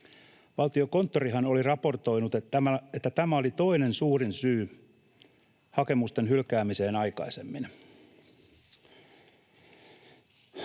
Valtiokonttorihan oli raportoinut, että tämä oli toinen suurin syy hakemusten hylkäämiseen aikaisemmin.